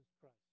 Christ